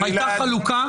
הייתה חלוקה?